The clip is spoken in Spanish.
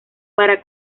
para